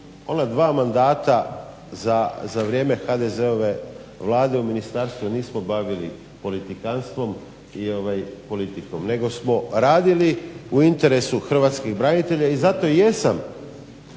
ona dva mandata za vrijeme HDZ-ove vlade nismo bavili politikantstvom i politikom, nego smo radili u interesu hrvatskih branitelja. I zato jesam